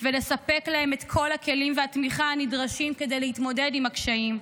ולספק להם את כל הכלים והתמיכה הנדרשים כדי להתמודד עם הקשיים.